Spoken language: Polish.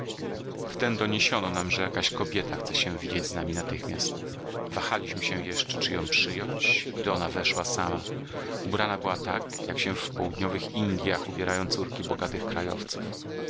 obeszło wtem doniesiono nam że jakaś kobieta chce się widzieć z nami natychmiast wahaliśmy się jeszcze czy ją przyjąć gdy ona weszła sama ubrana była tak jak się w południowych indjach ubierają córki bogatych krajowców